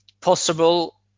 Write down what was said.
possible